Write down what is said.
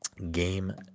Game